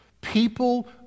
People